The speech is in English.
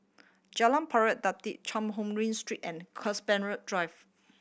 Jalan Pari Dedap Cheang Hong Lim Street and Compassvale Drive